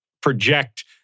project